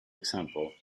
example